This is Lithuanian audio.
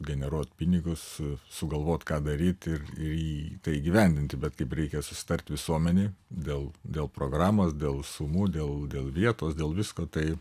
generuot pinigus sugalvot ką daryt ir į tai įgyvendint bet kaip reikia susitart visuomenei dėl dėl programos dėl sumų dėl dėl vietos dėl visko taip